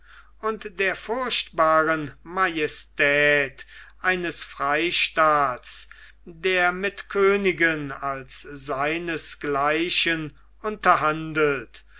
und der furchtbaren majestät eines freistaats der mit königen als seines